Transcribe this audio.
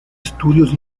estudios